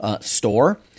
store